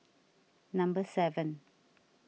number seven